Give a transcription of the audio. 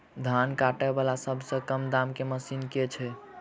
धान काटा वला सबसँ कम दाम केँ मशीन केँ छैय?